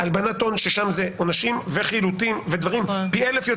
הלבנת הון ששם זה עונשים וחילוטים הכלים